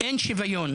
שאין שוויון,